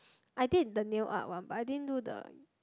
I did the nail art one but I didn't do the